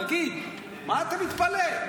תגיד, מה אתה מתפלא?